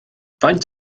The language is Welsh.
faint